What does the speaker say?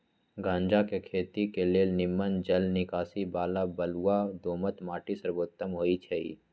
गञजा के खेती के लेल निम्मन जल निकासी बला बलुआ दोमट माटि सर्वोत्तम होइ छइ